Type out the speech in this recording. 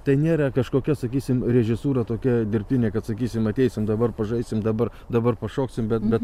tai nėra kažkokia sakysim režisūra tokia dirbtinė kad sakysim ateisim dabar pažaisim dabar dabar pašoksim bet bet